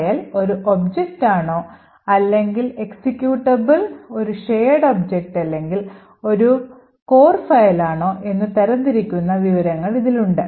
file ഒരു ഒബ്ജക്റ്റാണോ അല്ലെങ്കിൽ എക്സിക്യൂട്ടബിൾ ഒരു shared ഒബ്ജക്റ്റ് അല്ലെങ്കിൽ ഒരു കോർ ഫയലാണോ എന്ന് തരം തിരിക്കുന്ന വിവരങ്ങൾ ഇതിലുണ്ട്